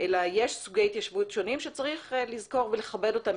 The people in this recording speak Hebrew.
אלא יש סוגי התיישבות שונים שצריך לזכור ולכבד אותם,